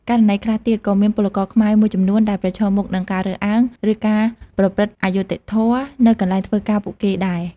ករណីខ្លះទៀត ក៏មានពលករខ្មែរមួយចំនួនដែលប្រឈមមុខនឹងការរើសអើង ឬការប្រព្រឹត្តអយុត្តិធម៌នៅកន្លែងធ្វើការពួកគេដែរ។